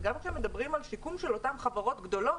גם כשמדברים על שיקום של אותן חברות גדולות,